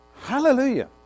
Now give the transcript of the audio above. Hallelujah